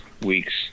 weeks